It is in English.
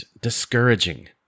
discouraging